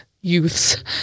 youths